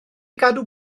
gadw